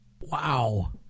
Wow